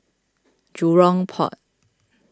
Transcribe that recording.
Jurong Port